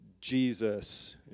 Jesus